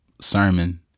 sermon